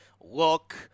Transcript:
look